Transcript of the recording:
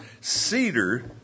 cedar